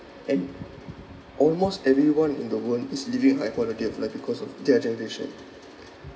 and almost everyone in the world is living high quality of life because of their generation